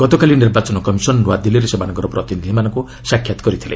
ଗତକାଲି ନିର୍ବାଚନ କମିଶନ୍ ନୂଆଦିଲ୍ଲୀରେ ସେମାନଙ୍କର ପ୍ରତିନିଧିମାନଙ୍କ ସାକ୍ଷାତ୍ କରିଛନ୍ତି